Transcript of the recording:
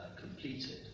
completed